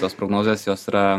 tos prognozės jos yra